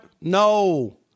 No